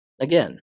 Again